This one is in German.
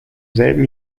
selben